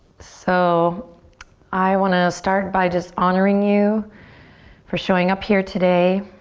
so i wanna start by just honoring you for showing up here today.